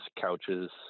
couches